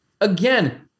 Again